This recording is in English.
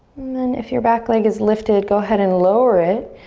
then if your back leg is lifted, go ahead and lower it.